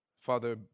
Father